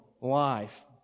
life